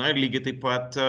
na ir lygiai taip pat